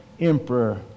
emperor